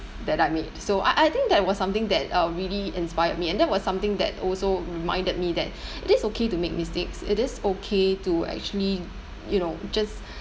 that I made so I I think that was something that uh really inspired me and that was something that also reminded me that it is okay to make mistakes it is okay to actually you know just